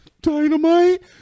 Dynamite